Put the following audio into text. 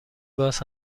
باز